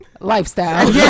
lifestyle